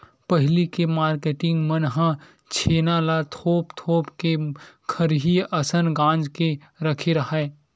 पहिली के मारकेटिंग मन ह छेना ल थोप थोप के खरही असन गांज के रखे राहय